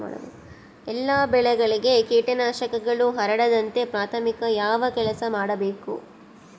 ಎಲ್ಲ ಬೆಳೆಗಳಿಗೆ ಕೇಟನಾಶಕಗಳು ಹರಡದಂತೆ ಪ್ರಾಥಮಿಕ ಯಾವ ಕೆಲಸ ಮಾಡಬೇಕು?